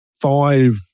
five